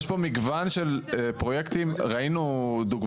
יש פה מגוון של פרויקטים, ראינו דוגמה.